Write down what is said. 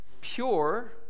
pure